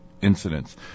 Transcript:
incidents